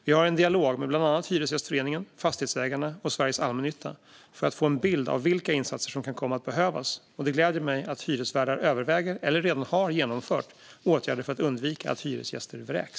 Vi har en dialog med bland annat Hyresgästföreningen, Fastighetsägarna och Sveriges Allmännytta för att få en bild av vilka insatser som kan komma att behövas, och det gläder mig att hyresvärdar överväger, eller redan har genomfört, åtgärder för att undvika att hyresgäster vräks.